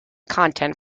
content